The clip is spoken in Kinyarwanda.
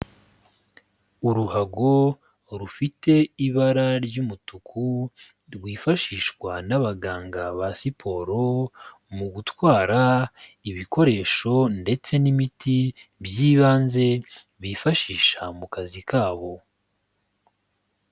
Uruhago rufite ibara ry'umutuku, rwifashishwa n'abaganga ba siporo mu gutwara ibikoresho ndetse n'imiti by'ibanze bifashisha mu kazi kabo.